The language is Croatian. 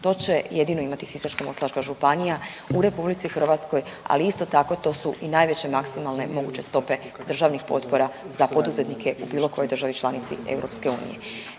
to će jedino imati Sisačko-moslavačka županija u RH, ali isto tako to su i najveće maksimalne moguće stope državnih potpora za poduzetnike u bilo kojoj državi članici EU. Tako da